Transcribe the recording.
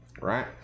right